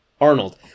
Arnold